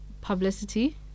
publicity